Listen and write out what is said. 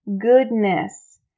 goodness